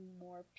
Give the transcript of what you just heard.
more